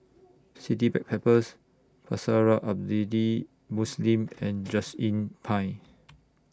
City Backpackers Pusara Muslim and Just Inn Pine